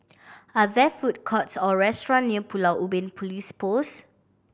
are there food courts or restaurant near Pulau Ubin Police Post